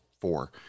four